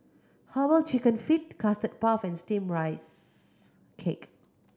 Herbal Chicken Feet Custard Puff and Steamed Rice Cake